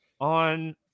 on